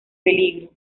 peligro